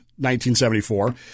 1974